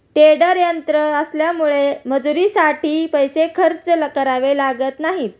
tedder यंत्र आल्यामुळे मजुरीसाठी पैसे खर्च करावे लागत नाहीत